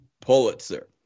Pulitzer